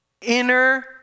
inner